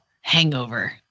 hangover